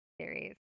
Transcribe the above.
series